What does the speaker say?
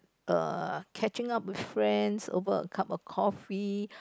err catching up with friends over a cup of coffee